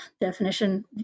definition